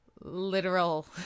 literal